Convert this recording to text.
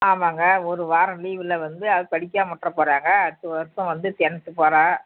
ஆமாங்க ஒரு வாரம் லீவில் வந்து அது படிக்காமல் விட்டுற போகிறாங்க அடுத்த வருஷம் வந்து டென்த்து போகிறா